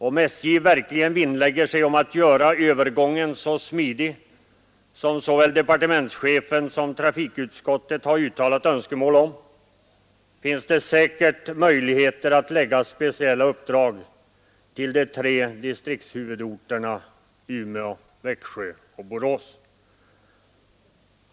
Om SJ verkligen vinnlägger sig om att göra övergången så smidig som såväl departementschefen som trafikutskottet har uttalat Önskemål om finns det säkert möjligheter att lägga speciella uppdrag till de tre distriktshuvudorterna Umeå, Växjö och Borås.